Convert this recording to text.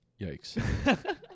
yikes